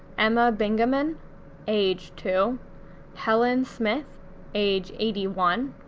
emma bingaman age two helen smith age eighty one,